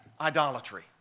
idolatry